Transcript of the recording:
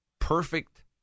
perfect